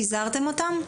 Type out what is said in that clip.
פיזרתם אותן?